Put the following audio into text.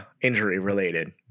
injury-related